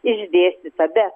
išdėstyta bet